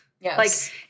Yes